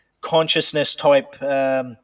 consciousness-type